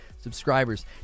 subscribers